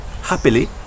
Happily